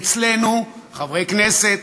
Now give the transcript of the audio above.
אצלנו חברי כנסת,